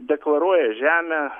deklaruoja žemę